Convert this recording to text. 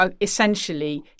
essentially